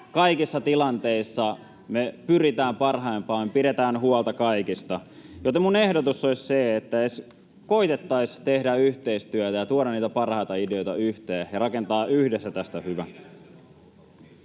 kaikissa tilanteissa me pyritään parhaimpaan, pidetään huolta kaikesta, joten minun ehdotukseni olisi se, että edes koetettaisiin tehdä yhteistyötä ja tuoda niitä parhaita ideoita yhteen ja rakentaa yhdessä tästä hyvä.